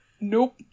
Nope